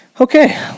Okay